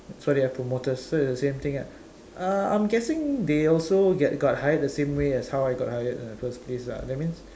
so they have promoters so it's the same thing lah uh I'm guessing they also get got hired the same way as how I got hired in the first place lah that means